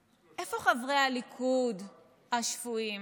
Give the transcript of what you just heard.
איפה חברי הליכוד השפויים?